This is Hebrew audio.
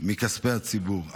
מכספי הציבור.